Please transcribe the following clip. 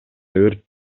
өрт